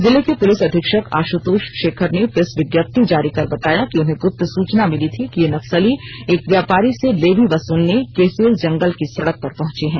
जिले के पुलिस अधीक्षक आशुतोष शेखर ने प्रेस विज्ञप्ति जारी कर बताया कि उन्हें गुप्त सूचना मिली थी कि ये नक्सली एक व्यापारी से लेवी वसूलने केसेल जंगल की सड़क पर पहंचे हैं